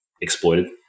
exploited